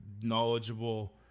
knowledgeable